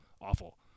awful